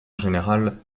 général